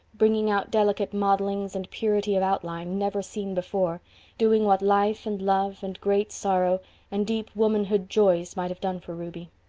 bringing out delicate modelings and purity of outline never seen before doing what life and love and great sorrow and deep womanhood joys might have done for ruby.